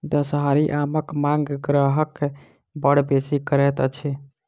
दसहरी आमक मांग ग्राहक बड़ बेसी करैत अछि